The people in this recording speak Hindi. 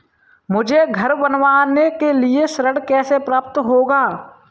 मुझे घर बनवाने के लिए ऋण कैसे प्राप्त होगा?